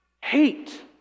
hate